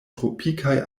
tropikaj